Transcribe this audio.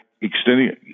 extending